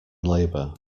labour